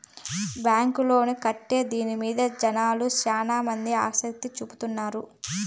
bank loan కంటే దీని మీద జనాలు శ్యానా మంది ఆసక్తి చూపుతున్నారు